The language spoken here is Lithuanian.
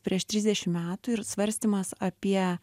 prieš trisdešimt metų ir svarstymas apie